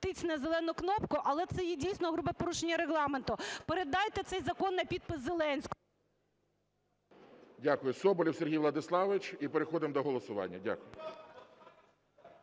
тицьне зелену кнопку, але це є дійсно грубе порушення Регламенту. Передайте цей закон на підпис Зеленському… ГОЛОВУЮЧИЙ. Дякую. Соболєв Сергій Владиславович - і переходимо до голосування. Дякую.